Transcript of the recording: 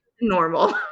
Normal